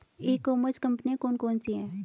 ई commerce कंपनियाँ कौन कौन सी हैं?